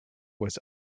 was